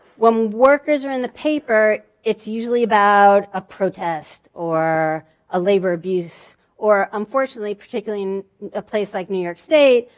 when workers are in the paper it's usually about a protest or a labor abuse or unfortunately, particularly in a place like new york state,